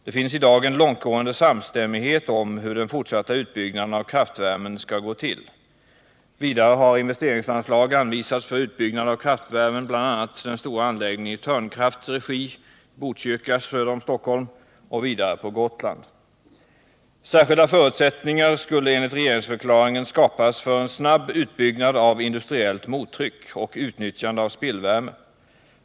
Det finns i dag en långtgående samstämmighet om hur den fortsatta utbyggnaden av kraftvärmen skall gå till. Vidare har investeringsanslag anvisats för utbyggnad av kraftvärmen — bl.a. den stora anläggningen i Törnkrafts regi i Botkyrka söder om Stockholm och vidare på Gotland. Särskilda förutsättningar skulle enligt regeringsförklaringen skapas för en snabb utbyggnad av industriellt mottryck och utnyttjande av spillvärme.